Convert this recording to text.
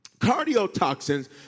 Cardiotoxins